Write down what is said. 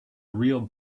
real